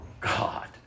God